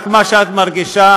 רק מה שאת מרגישה?